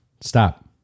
Stop